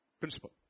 Principle